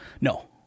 No